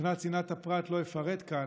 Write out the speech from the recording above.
שמבחינת צנעת הפרט לא אפרט כאן,